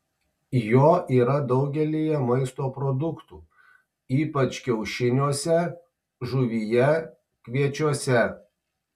jo yra daugelyje maisto produktų ypač kiaušiniuose žuvyje kviečiuose